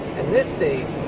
and this state,